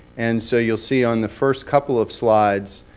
and so you'll see on the first couple of slides,